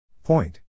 Point